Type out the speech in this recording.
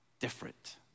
different